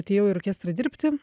atėjau į orkestrą dirbti